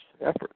effort